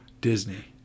Disney